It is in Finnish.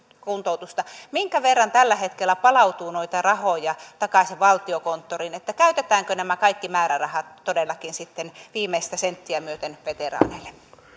minkä verran tällä hetkellä palautuu noita rahoja takaisin valtiokonttoriin käytetäänkö nämä kaikki määrärahat todellakin sitten viimeistä senttiä myöten veteraaneille